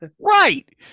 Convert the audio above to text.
Right